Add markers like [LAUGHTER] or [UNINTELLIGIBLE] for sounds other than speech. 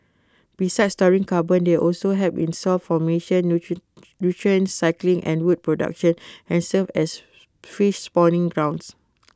besides storing carbon they also help in soil formation [UNINTELLIGIBLE] nutrient cycling and wood production and serve as fish spawning grounds